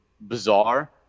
bizarre